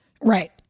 Right